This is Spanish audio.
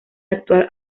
actual